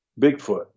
Bigfoot